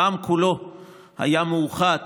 העם כולו היה מאוחד